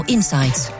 Insights